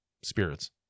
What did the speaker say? spirits